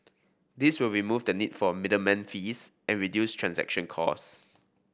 this will remove the need for middleman fees and reduce transaction cost